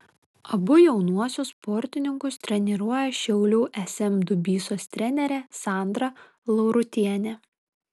abu jaunuosius sportininkus treniruoja šiaulių sm dubysos trenerė sandra laurutienė